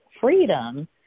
freedom